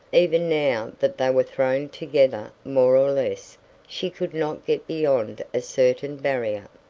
even now that they were thrown together more or less she could not get beyond a certain barrier.